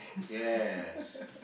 yes